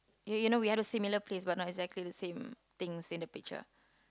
you you know we have a similar place but not exactly the same things in the picture